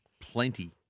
plenty